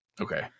Okay